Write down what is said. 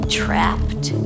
trapped